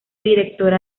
directora